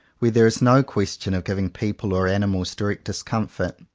where there is no question of giving people or animals direct discomfort,